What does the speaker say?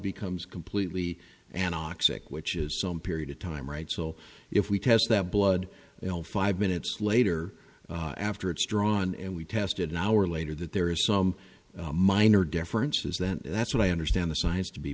becomes completely and oxic which is some period of time right so if we test that blood you know five minutes later after it's drawn and we tested an hour later that there is some minor differences then that's what i understand the science to be